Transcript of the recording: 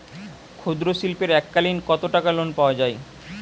ক্ষুদ্রশিল্পের এককালিন কতটাকা লোন পাওয়া য়ায়?